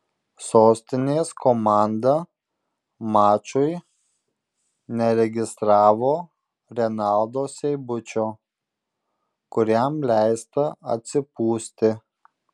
sostinės komanda mačui neregistravo renaldo seibučio kuriam leista atsipūsti